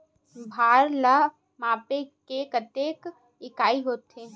भार ला मापे के कतेक इकाई होथे?